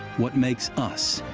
what makes us